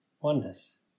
oneness